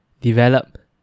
develop